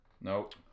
Nope